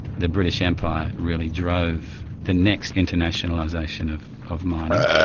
the british empire really drove the next internationalisation of of mining.